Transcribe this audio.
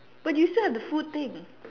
but you still have the food thing